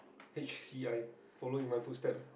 H_C_I follow in my foot step